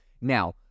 Now